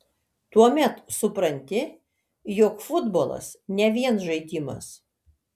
tuomet supranti jog futbolas ne vien žaidimas